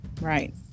Right